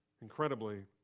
Incredibly